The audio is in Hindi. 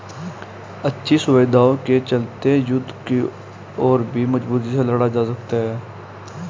अच्छी सुविधाओं के चलते युद्ध को और भी मजबूती से लड़ा जा सकता था